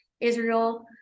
Israel